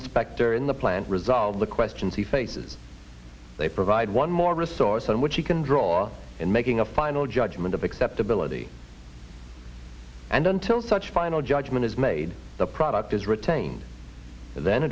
inspector in the plant resolve the questions he faces they provide one more resource in which he can draw in making a final judgment of acceptability and until such final judgment is made the product is retained then